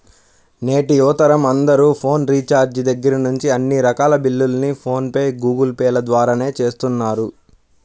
నేటి యువతరం అందరూ ఫోన్ రీఛార్జి దగ్గర్నుంచి అన్ని రకాల బిల్లుల్ని ఫోన్ పే, గూగుల్ పే ల ద్వారానే చేస్తున్నారు